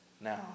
now